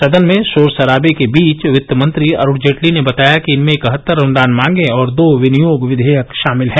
सदन में शोर शराबे के बीच वित्त मंत्री अरूण जेटली ने बताया कि इनमें इकहत्तर अनुदान मांगें और दो विनियोग विधेयक शामिल हैं